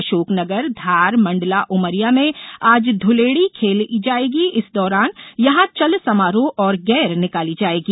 अशोकनगर धार मंडला उमरिया में आज धुलेड़ी खेली जायेगी इस दौरान यहां चल समारोह और गेर निकाली जायेगी